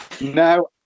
No